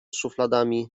szufladami